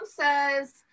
says